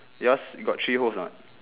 yours got three holes or not